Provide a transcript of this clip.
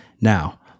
Now